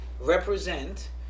represent